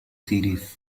series